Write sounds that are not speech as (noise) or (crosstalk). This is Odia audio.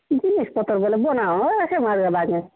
(unintelligible)